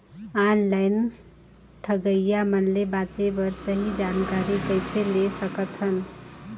Online ठगईया मन ले बांचें बर सही जानकारी कइसे ले सकत हन?